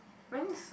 when's